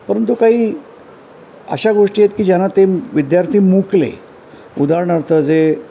परंतु काही अशा गोष्टी आहेत की ज्यांना ते विद्यार्थी मुकले उदाहरणार्थ जे